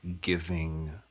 giving